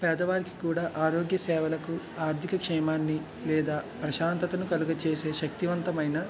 పేదవానికి కూడా ఆరోగ్య సేవలకు ఆర్థిక క్షేమాన్ని లేదా ప్రశాంతతను కలుగజేసే శక్తివంతమైన